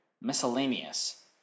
miscellaneous